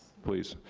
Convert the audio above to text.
please.